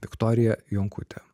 viktorija jonkutė